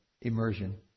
immersion